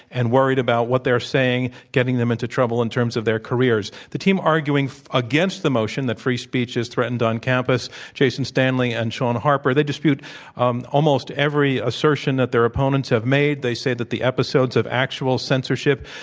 and worried about what they're saying getting them into trouble in terms of their careers. the team arguing against the motion that free speech is threatened on campus, jason stanley and shaun harper, they dispute um almost every assertion that their opponents have made. they say that the episodes of actual censorship,